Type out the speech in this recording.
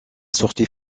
sortie